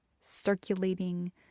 circulating